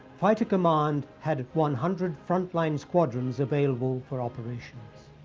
fighter command had one hundred frontline squadrons available for operations.